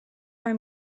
our